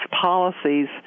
policies